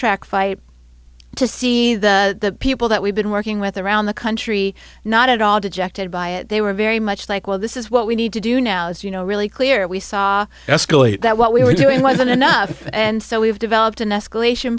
track fight to see the people that we've been working with around the country not at all dejected by it they were very much like well this is what we need to do now is you know really clear we saw escalate that what we were doing wasn't enough and so we've developed an escalation